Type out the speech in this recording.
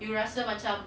you rasa macam